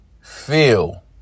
feel